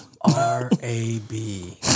R-A-B